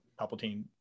Palpatine